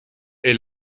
est